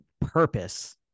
purpose